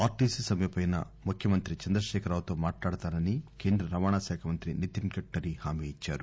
RTC సమ్మెపై ముఖ్యమంత్రి చంద్రశేఖర్ రావుతో మాట్లాడతానని కేంద్ర రవాణా శాఖమంత్రి నితిన్ గడ్కరీ హామీ ఇచ్చారు